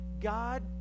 God